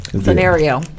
Scenario